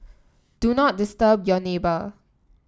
do not disturb your neighbour